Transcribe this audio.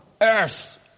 earth